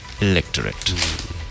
Electorate